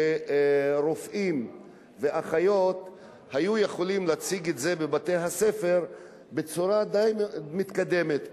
שרופאים ואחיות היו יכולים להציג את זה בבתי-הספר בצורה די מתקדמת,